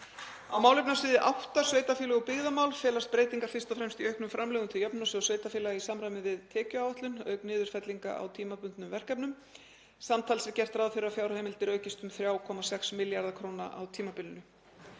Á málefnasviði 08, Sveitarfélög og byggðamál, felast breytingar fyrst og fremst í auknum framlögum til Jöfnunarsjóðs sveitarfélaga í samræmi við tekjuáætlun auk niðurfellingar á tímabundnum verkefnum. Samtals er gert ráð fyrir að fjárheimildir aukist um 3,6 milljarða kr. á tímabilinu.